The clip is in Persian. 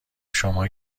شما